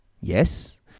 Yes